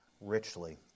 richly